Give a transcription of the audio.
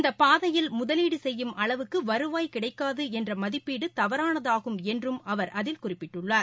இந்த பாதையில் முதலீடு செய்யும் அளவுக்கு வருவாய் கிடைக்காது என்ற மதிப்பீடு தவறானதாகும் என்றும் அவர் அதில் குறிப்பிட்டுள்ளார்